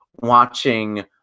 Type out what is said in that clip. watching